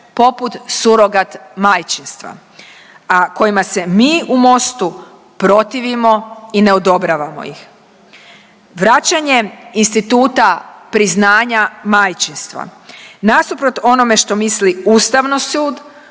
poput surogat majčinstva, a kojima se mi, u Mostu protivimo i ne odobravamo ih. Vraćanje instituta priznanja majčinstva, nasuprot onome što misli Ustavni sud,